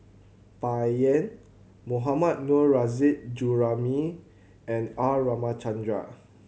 Bai Yan Mohammad Nurrasyid Juraimi and R Ramachandran